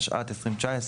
התשע"ט 2019,